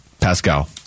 Pascal